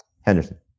Henderson